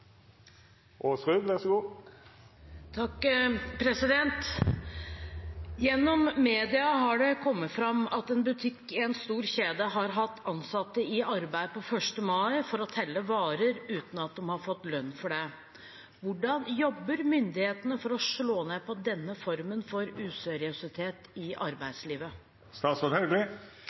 media har det kommet fram at en butikk i en stor kjede har hatt ansatte i arbeid på 1. mai for å telle varer uten at de har fått lønn for det. Hvordan jobber myndighetene for å slå ned på denne formen for useriøsitet i